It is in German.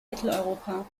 mitteleuropa